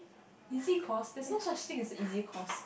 easy course there's no such thing as a easy course